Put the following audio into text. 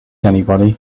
anybody